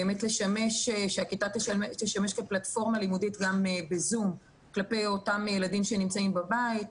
שהכיתה תשמש כפלטפורמה לימודית גם בזום כלפי אותם ילדים שנמצאים בבית,